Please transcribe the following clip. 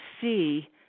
see